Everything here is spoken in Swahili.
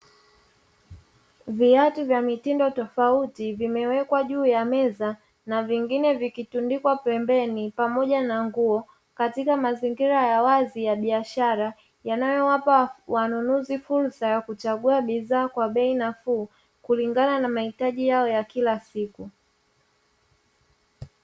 Viatu vya mitindo tofauti vimewekwa juu ya meza na vingine vikitundikwa pembeni pamoja na nguo, katika mazingira ya wazi ya biashara yanayowapa wanunuzi fursa ya kuchagua bidhaa kwa bei nafuu, kulingana na mahitaji yao ya kila siku.